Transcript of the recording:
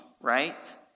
right